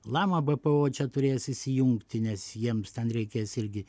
lama bpo čia turės įsijungti nes jiems ten reikės irgi